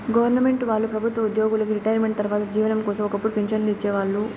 government వాళ్ళు ప్రభుత్వ ఉద్యోగులకి రిటైర్మెంటు తర్వాత జీవనం కోసం ఒక్కపుడు పింఛన్లు ఇచ్చేవాళ్ళు